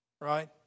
Right